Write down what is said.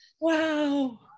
Wow